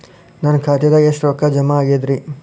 ನನ್ನ ಖಾತೆದಾಗ ಎಷ್ಟ ರೊಕ್ಕಾ ಜಮಾ ಆಗೇದ್ರಿ?